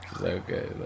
Okay